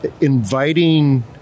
inviting